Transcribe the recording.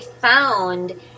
found